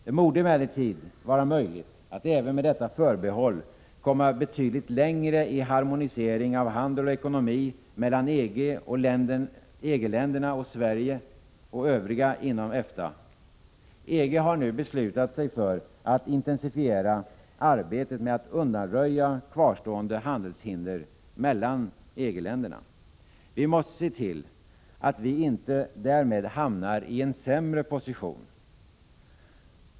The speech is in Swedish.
Det borde emellertid vara möjligt att även med detta förbehåll komma betydligt längre i harmonisering av handel och ekonomi mellan EG-länderna och Sverige och övriga inom EFTA. EG har nu beslutat sig för att intensifiera arbetet med att undanröja kvarstående handelshinder mellan EG-länderna. Vi måste se till att Sverige därmed inte hamnar i en sämre position.